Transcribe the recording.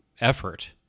effort